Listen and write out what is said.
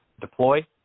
deploy